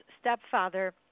stepfather